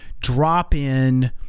drop-in